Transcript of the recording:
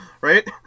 right